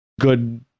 good